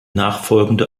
nachfolgende